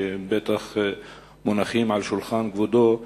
שבטח מונחים על שולחן כבודו,